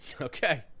Okay